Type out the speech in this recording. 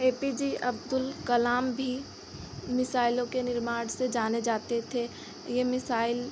ए P J Abdul Kalam भी मिसाइलों के निर्माण से जाने जाते थे यह मिसाइल